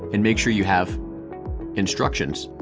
and make sure you have instructions,